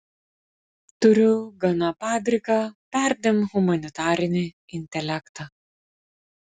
turiu gana padriką perdėm humanitarinį intelektą